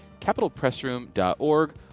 capitalpressroom.org